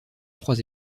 trois